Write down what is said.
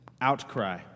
outcry